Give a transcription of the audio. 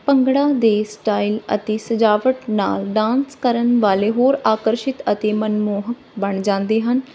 ਭੰਗੜੇ ਦੇ ਸਟਾਈਲ ਅਤੇ ਸਜਾਵਟ ਨਾਲ ਡਾਂਸ ਕਰਨ ਵਾਲੇ ਹੋਰ ਆਕਰਸ਼ਿਤ ਅਤੇ ਮਨਮੋਹਕ ਬਣ ਜਾਂਦੇ ਹਨ